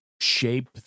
Shape